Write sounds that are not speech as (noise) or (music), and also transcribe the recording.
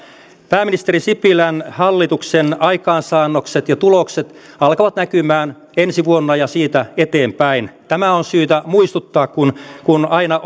pääministeri sipilän hallituksen aikaansaannokset ja tulokset alkavat näkymään ensi vuonna ja siitä eteenpäin tämä on syytä muistuttaa kun kun aina (unintelligible)